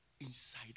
inside